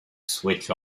switch